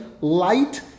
light